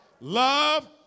Love